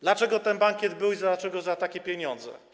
Dlaczego ten bankiet był i dlaczego za takie pieniądze.